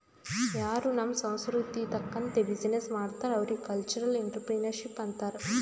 ಯಾರೂ ನಮ್ ಸಂಸ್ಕೃತಿ ತಕಂತ್ತೆ ಬಿಸಿನ್ನೆಸ್ ಮಾಡ್ತಾರ್ ಅವ್ರಿಗ ಕಲ್ಚರಲ್ ಇಂಟ್ರಪ್ರಿನರ್ಶಿಪ್ ಅಂತಾರ್